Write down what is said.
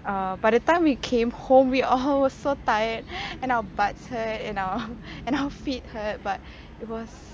err by the time we came home we all were so tired and our butts hurt and our and our feet hurt but it was